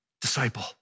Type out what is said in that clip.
disciple